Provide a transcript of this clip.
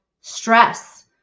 stress